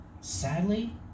Sadly